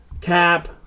Cap